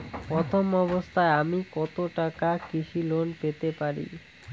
প্রথম অবস্থায় আমি কত টাকা কৃষি লোন পেতে পারি?